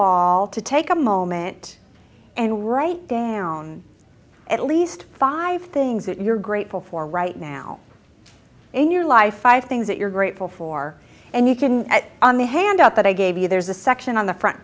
all to take a moment and write down at least five things that you're grateful for right now in your life five things that you're grateful for and you can on the handout that i gave you there's a section on the front